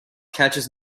catches